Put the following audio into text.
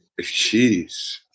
Jeez